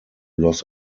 los